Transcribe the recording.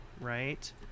right